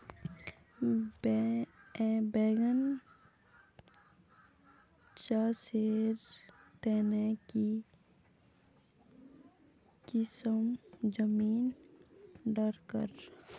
बैगन चासेर तने की किसम जमीन डरकर?